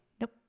Nope